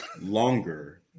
longer